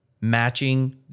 matching